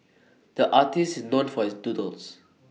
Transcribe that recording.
the artist is known for his doodles